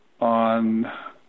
on